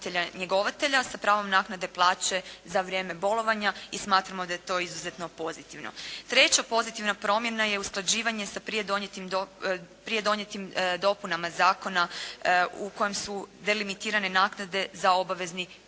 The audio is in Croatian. sa pravom naknade plaće za vrijeme bolovanja i smatramo da je to izuzetno pozitivno. Treća pozitivna promjena je usklađivanje sa prije donijetim dopunama zakona koje su delimitirane naknade za obavezni porodiljni